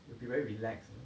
you will be very relaxing